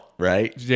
Right